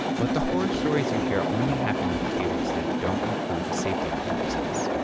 but the horror stories you hear only happen with cables that don't include the safety mechanisms.